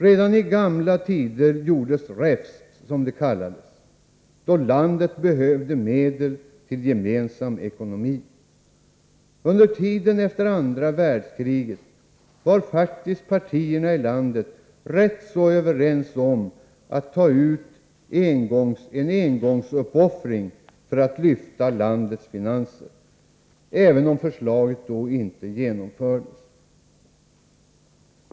Redan i gamla tider gjordes räfst, som det kallades, då landet behövde medel till gemensam ekonomi. Under tiden närmast efter det andra världskriget var faktiskt partierna i landet rätt överens om att ta ut en engångsuppoffring för att lyfta landets finanser, även om förslaget då inte genomfördes.